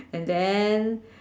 and then